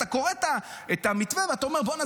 אתה קורא את המתווה ואתה אומר: בוא'נה,